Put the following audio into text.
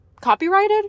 copyrighted